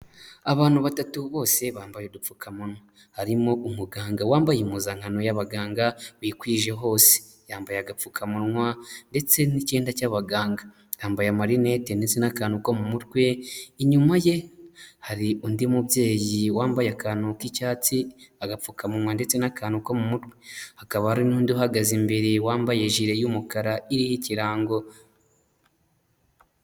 Abantu batatu bose bambaye udupfukamunwa harimo umuganga wambaye impuzankano y'abaganga bikwije hose yambaye agapfukamunwa ndetse n'icyenda cy'abaganga yambaye marinet ndetse n'akantu ko mu mutwe inyuma ye hari undi mubyeyi wambaye akantu k'icyatsi agapfukamunwa ndetse n'akantu ko mu mutwe hakaba hari n'undi uhagaze imbere wambaye jile y'umukara iriho ikirango.